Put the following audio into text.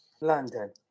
London